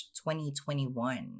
2021